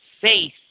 faith